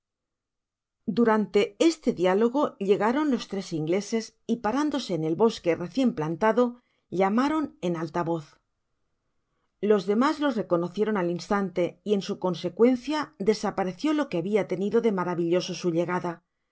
durante este diálogo llegaron los tres ingleses y parándose en el bosque recien plantado llamaron en alta voz los demas los reconocieron al instante y en su consecuencia desapareció lo que habia tenido de maravilloso su llegada